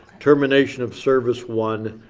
termination of service, one.